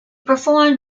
performed